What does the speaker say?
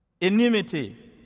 enmity